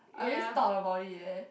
I always thought about it eh